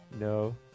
No